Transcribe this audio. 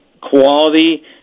quality